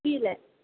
புரியலை